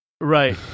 Right